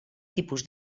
tipus